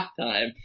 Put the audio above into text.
halftime